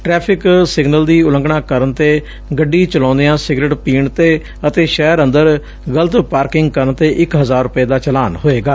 traffic signal ਦੀ ਉਲੰਘਣਾਂ ਕਰਨ ਤੇ ਗੱਡੀ ਚਲਾਉਂਦਿਆਂ ਸਿਗਰਟ ਪੀਣ ਤੇ ਅਤੇ ਸ਼ਹਿਰ ਅੰਦਰ ਗਲਤ ਪਾਰਕਿੰਗ ਕਰਨ ਤੇ ਇਕ ਹਜ਼ਾਰ ਰੁਪੈ ਦਾ ਚਾਲਾਨ ਹੋਏਗਾ